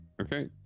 okay